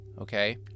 okay